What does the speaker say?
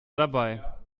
dabei